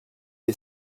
est